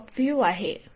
हा top view आहे